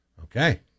okay